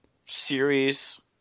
series